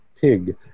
pig